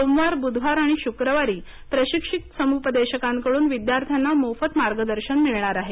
सोमवार बुधवार आणि शुक्रवारी प्रशिक्षित समुपदेशकांकडून विद्यार्थ्यांना मोफत मार्गदर्शन मिळणार आहे